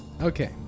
Okay